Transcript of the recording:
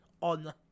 on